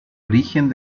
origen